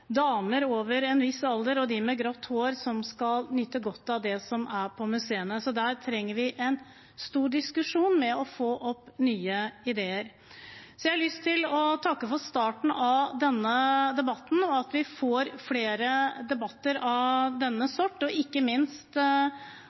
damer over en viss alder og de med grått hår som skal nyte godt av det som er på museene. Der trenger vi en stor diskusjon for å få opp nye ideer. Så har jeg lyst til å takke for starten av denne debatten og at vi får flere debatter av denne sorten. Ikke minst